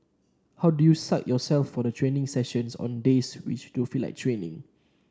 how do you psych yourself for the training sessions on days when you don't feel like training